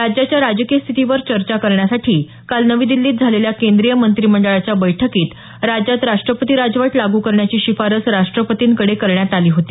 राज्याच्या राजकीय स्थितीवर चर्चा करण्यासाठी काल नवी दिल्लीत झालेल्या केंद्रीय मंत्रिमंडळाच्या बैठकीत राज्यात राष्ट्रपती राजवट लागू करण्याची शिफारस राष्ट्रपतींकडे करण्यात आली होती